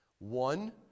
One